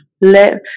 Let